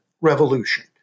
revolution